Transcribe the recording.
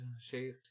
shapes